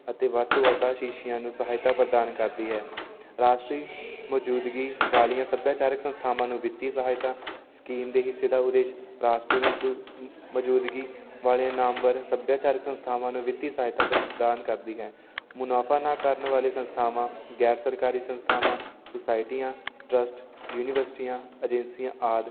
ਅਤੇ ਵੱਧ ਤੋਂ ਵੱਧ ਆਹ ਸ਼ਿੱਸ਼ਿਆਂ ਨੂੰ ਸਹਾਇਤਾ ਪ੍ਰਦਾਨ ਕਰਦੀ ਹੈ ਰਾਸ਼ਟਰੀ ਮੌਜੂਦਗੀ ਵਾਲੀਆਂ ਸੱਭਿਆਚਾਰਕ ਸੰਸਥਾਵਾਂ ਨੂੰ ਵਿੱਤੀ ਸਹਾਇਤਾ ਸਕੀਮ ਦੇ ਹਿੱਸੇ ਦਾ ਉਦੇਸ਼ ਰਾਸ਼ਟਰੀ ਮਜਦੂ ਮੌਜੂਦਗੀ ਵਾਲੇ ਨਾਮਵਰ ਸੱਭਿਆਚਾਰ ਸੰਸਥਾਵਾਂ ਨੂੰ ਵਿੱਤੀ ਸਹਾਇਤਾ ਪ੍ਰਦਾਨ ਕਰਦੀ ਹੈ ਮੁਨਾਫਾ ਨਾ ਕਰਨ ਵਾਲੇ ਸੰਸਥਾਵਾਂ ਗੈਰ ਸਰਕਾਰੀ ਸੰਸਥਾਵਾਂ ਸੁਸਾਇਟੀਆਂ ਟਰੱਸਟ ਯੂਨੀਵਰਸਿਟੀਆਂ ਏਜੰਸੀਆਂ ਆਦਿ